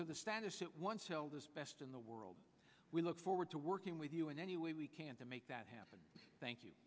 to the status it once best in the world we look forward to working with you in any way we can to make that happen thank you